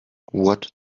what